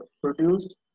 produced